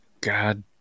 God